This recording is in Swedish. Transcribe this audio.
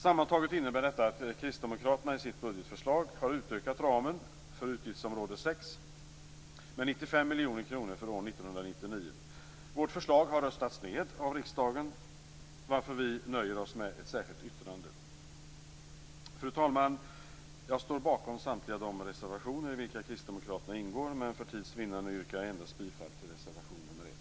Sammantaget innebär detta att kristdemokraterna i sitt budgetförslag har utökat ramen för utgiftsområde 6 med 95 miljoner kronor för år 1999. Vårt förslag har röstats ned av riksdagen, varför vi nöjer oss med ett särskilt yttrande. Fru talman! Jag står bakom samtliga de reservationer i vilka kristdemokraterna ingår, men för tids vinnande yrkar jag bifall endast till reservation nr 1.